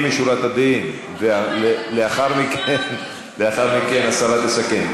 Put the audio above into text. לְפַנים משורת הדין, ולאחר מכן השרה תסכם.